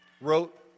wrote